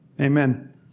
Amen